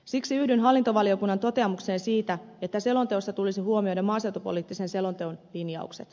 siksi yhdyn hallintovaliokunnan toteamukseen siitä että selonteossa tulisi huomioida maaseutupoliittisen selonteon linjaukset